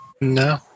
No